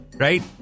right